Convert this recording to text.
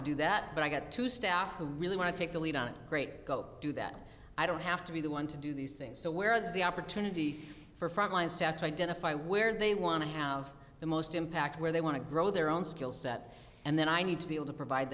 to do that but i got to staff who really want to take the lead on it great go do that i don't have to be the one to do these things so where does the opportunity for frontline staff to identify where they want to have the most impact where they want to grow their own skill set and then i need to be able to provide